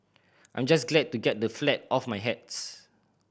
I'm just glad to get the flat off my hands